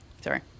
Sorry